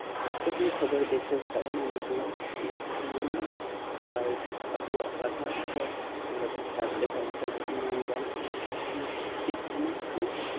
ᱡᱮᱠᱳᱱᱳ ᱠᱷᱚᱵᱚᱨ ᱫᱮᱥᱨᱮ ᱜᱷᱚᱴᱟᱜ ᱠᱟᱱᱟ ᱚᱱᱟ ᱠᱚ ᱢᱤᱫ ᱜᱷᱟᱹᱲᱤ ᱛᱮᱵᱚᱱ ᱧᱟᱢᱮᱫᱟ ᱟᱨ ᱟᱵᱚᱣᱟᱜ ᱯᱟᱲᱦᱟᱣ ᱠᱚᱦᱚᱸ ᱚᱸᱰᱮ ᱵᱚᱱ ᱥᱟᱨᱪ ᱞᱮᱠᱷᱟᱱ ᱢᱤᱫ ᱜᱷᱟᱹᱲᱤ ᱛᱮᱵᱚᱱ ᱧᱟᱢ ᱮᱫᱟ ᱟᱨ ᱪᱮᱫ ᱨᱮᱱᱟᱜ ᱦᱚᱸ